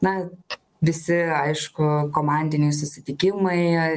na visi aišku komandiniai susitikimai